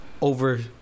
over